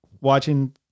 watching